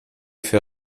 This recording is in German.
für